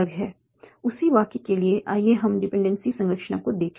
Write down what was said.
उसी वाक्य के लिए आइए हम डिपेंडेंसी संरचना को देखें